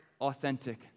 authentic